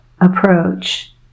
approach